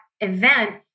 event